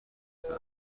بدم